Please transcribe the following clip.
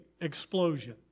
explosion